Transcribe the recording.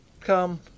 come